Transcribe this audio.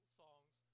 songs